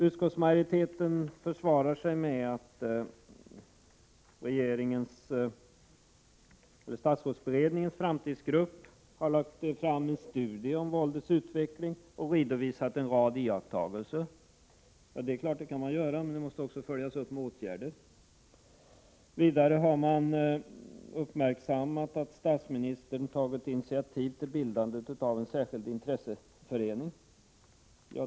Utskottsmajoriteten försvarar sig med att statsrådsberedningens framtidsgrupp har gjort ett studium om våldets utveckling och redovisat en rad iakttagelser. Det kan man naturligtvis göra, men det måste följas upp med åtgärder. Vidare har man uppmärksammat att statsministern tagit initiativ till bildande av en särskild intresseförening.